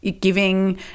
giving